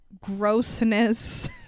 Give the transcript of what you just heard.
grossness